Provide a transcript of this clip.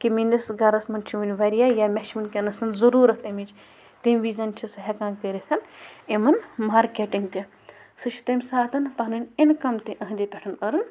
کہِ میٛٲنِس گَرَس منٛز چھِ وٕنۍ واریاہ یا مےٚ چھِ وٕنکٮ۪نَسَن ضٔروٗرت امِچ تٔمۍ ویٖزٮ۪ن چھِ سُہ ہٮ۪کان کٔرِتھ یِمَن مارکٮ۪ٹِنٛگ تہِ سُہ چھِ تٔمۍ ساتَن پَنٕنۍ اِنکَم تہِ إہنٛدِ پٮ۪ٹھ أرٕن